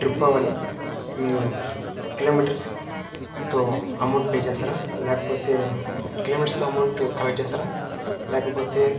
trip పోవాలి మీరు కిలోమీటర్స్తో అమౌంట్ పే చేస్తారా లేకపోతే కిలోమీటర్స్తో అమౌంట్ కలెక్ట్ చేస్తారా లేకపోతే